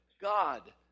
God